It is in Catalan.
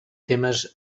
temes